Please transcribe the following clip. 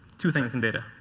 two things in data.